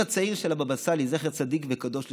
אחיו הצעיר של הבבא סאלי, זכר צדיק וקדוש לברכה,